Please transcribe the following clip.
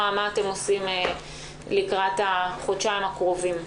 מה אתם עושים לקראת החודשיים הקרובים.